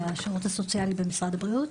מהשירות הסוציאלי במשרד הבריאות.